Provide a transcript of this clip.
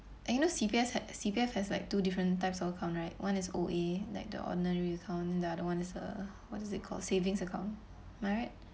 and you know C_P_F had C_P_F has like two different types of account right one is O_A like the ordinary account the other one is err what is it called savings account am I right